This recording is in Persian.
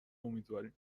امیدواریم